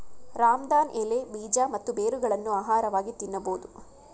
ರಾಮದಾನ್ ಎಲೆ, ಬೀಜ ಮತ್ತು ಬೇರುಗಳನ್ನು ಆಹಾರವಾಗಿ ತಿನ್ನಬೋದು